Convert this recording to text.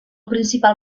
principal